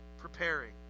Preparing